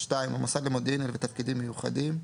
המוסד למודיעין ולתפקידים מיוחדים,